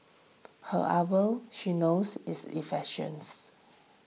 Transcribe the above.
her ardour she knows is infectious